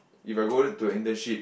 if I going to internship